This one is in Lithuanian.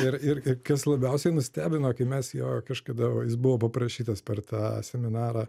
ir ir kas labiausiai nustebino kai mes jo kažkada va jis buvo paprašytas per tą seminarą